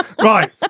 Right